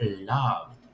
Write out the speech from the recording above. loved